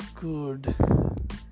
good